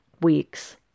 weeks